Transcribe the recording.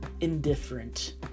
indifferent